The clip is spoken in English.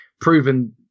proven